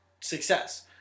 success